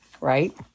right